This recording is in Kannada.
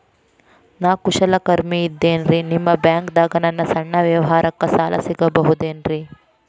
ನಾ ಕುಶಲಕರ್ಮಿ ಇದ್ದೇನ್ರಿ ನಿಮ್ಮ ಬ್ಯಾಂಕ್ ದಾಗ ನನ್ನ ಸಣ್ಣ ವ್ಯವಹಾರಕ್ಕ ಸಾಲ ಸಿಗಬಹುದೇನ್ರಿ?